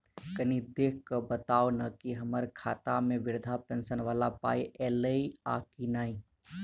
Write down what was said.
कनि देख कऽ बताऊ न की हम्मर खाता मे वृद्धा पेंशन वला पाई ऐलई आ की नहि?